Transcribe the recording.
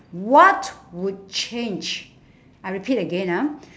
what would change I repeat again ah